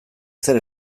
zer